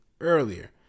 earlier